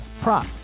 prop